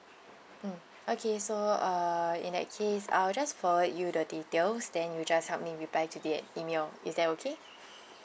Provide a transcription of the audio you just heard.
mm okay so uh in that case I will just forward you the details then you just help me reply to the email is that okay